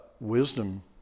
wisdom